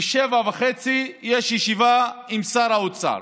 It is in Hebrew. ב-19:30 יש ישיבה עם שר האוצר,